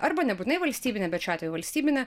arba nebūtinai valstybinė bet šiuo atveju valstybinė